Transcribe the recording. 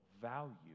value